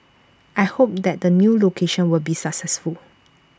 I hope that the new location will be successful